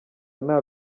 nta